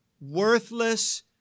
worthless